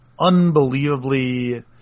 unbelievably